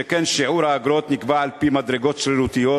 שכן שיעור האגרות נקבע על-פי מדרגות שרירותיות,